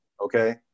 Okay